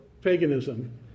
paganism